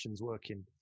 working